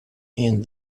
and